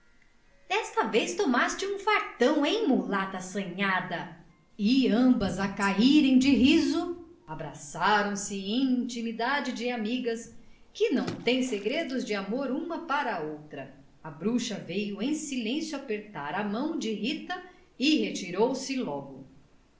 desta vez tomaste um fartão hein mulata assanhada e ambas a caírem de riso abraçaram-se em intimidade de amigas que não têm segredos de amor uma para a outra a bruxa veio em silêncio apertar a mão de rita e retirou-se logo